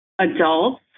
adults